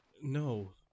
No